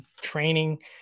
training